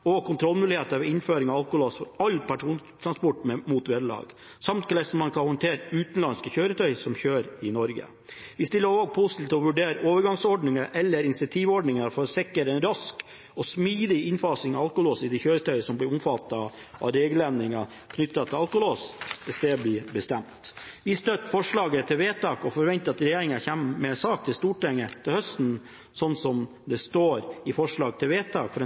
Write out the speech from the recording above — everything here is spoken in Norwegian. og kontrollmuligheter ved innføring av alkolås for all persontrafikk mot vederlag, samt hvordan man skal håndtere utenlandske kjøretøy som kjører i Norge. Vi stiller oss også positivt til å vurdere overgangsordninger og/eller incentivordninger for å sikre en rask og smidig innfasing av alkolås i de kjøretøy som blir omfattet av regelendringen knyttet til alkolås, hvis det blir bestemt. Vi støtter forslaget til vedtak og forventer at regjeringen kommer med en sak til Stortinget til høsten, slik det står i forslag til vedtak